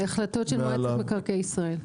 אלו החלטות של מועצת מקרקעי ישראל.